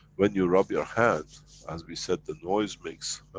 when you rub your hand as we said the noise makes,